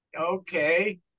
Okay